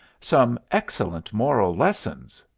some excellent moral lessons.